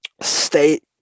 state